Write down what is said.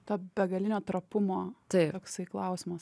to begalinio trapumo toksai klausimas